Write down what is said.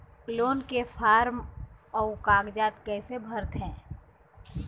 Loan के form अऊ कागजात कइसे भरथें?